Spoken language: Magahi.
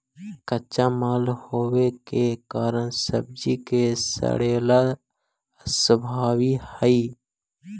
कच्चा माल होवे के कारण सब्जि के सड़ेला स्वाभाविक हइ